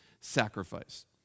sacrifice